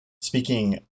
Speaking